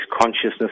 consciousness